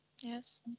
yes